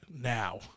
now